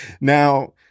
Now